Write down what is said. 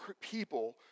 people